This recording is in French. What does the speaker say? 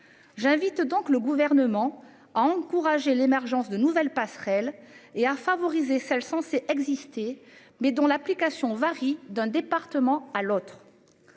J'invite donc le gouvernement a encouragé l'émergence de nouvelles passerelles et à favoriser censée exister mais dont l'application varie d'un département à l'autre.